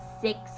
six